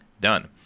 done